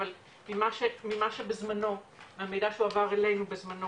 אבל מהמידע שהועבר אלינו בזמנו